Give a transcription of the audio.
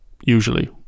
usually